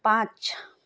पाँच